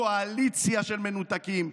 קואליציה של מנותקים,